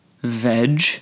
veg